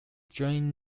during